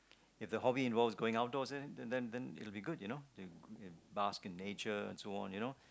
if the hobbies involves going outdoors then then then it'll be good you know bask in nature and so on you know